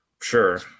sure